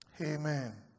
Amen